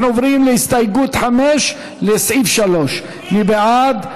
אנחנו עוברים להסתייגות 5, לסעיף 3. מי בעד?